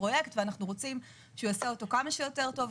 הפרויקט ואנחנו רוצים שהוא יעשה אותו כמה שיותר טוב,